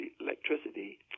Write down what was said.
electricity